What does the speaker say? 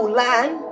land